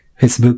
Facebook